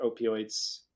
opioids